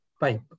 pipe